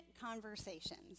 conversations